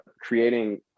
creating